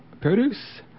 produce